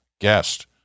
guest